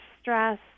stress